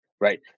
Right